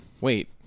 Wait